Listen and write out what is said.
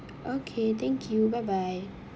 okay thank you bye bye